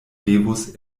devus